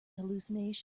hallucinations